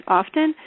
often